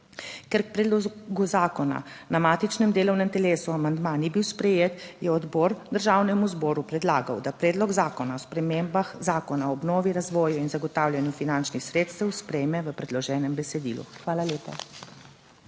Ker k predlogu zakona na matičnem delovnem telesu amandma ni bil sprejet, je odbor Državnemu zboru predlagal, da Predlog zakona o spremembah Zakona o obnovi, razvoju in zagotavljanju finančnih sredstev sprejme v predloženem besedilu. Hvala lepa.